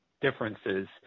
differences